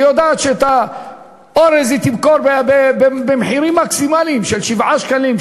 היא יודעת שאת האורז היא תמכור במחירים מקסימליים של 7 שקלים,